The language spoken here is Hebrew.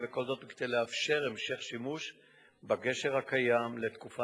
וכל זאת כדי לאפשר המשך שימוש בגשר הקיים תקופה נוספת.